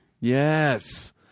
Yes